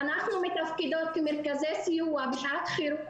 אנחנו מתפקדות כמרכזי סיוע בשעת חירום